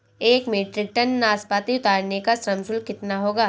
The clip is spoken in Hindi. एक मीट्रिक टन नाशपाती उतारने का श्रम शुल्क कितना होगा?